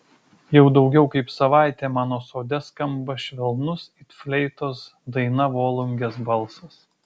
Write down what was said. jau daugiau kaip savaitė mano sode skamba švelnus it fleitos daina volungės balsas